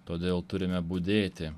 todėl turime budėti